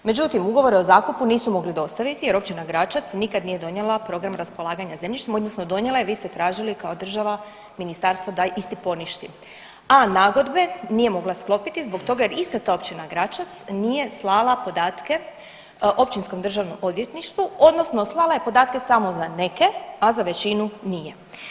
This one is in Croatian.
Međutim, ugovore o zakupu nisu mogli dostaviti jer općina Gračac nikad nije donijela program raspolaganja zemljištem odnosno donijela je, vi ste traži kao država, ministarstvo da isti poništi, a nagodbe nije mogla sklopiti zbog toga jer ista ta općina Gračac nije slala podatke Općinskom državnom odvjetništvu odnosno slala je podatke samo za neke, a za većinu nije.